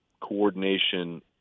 coordination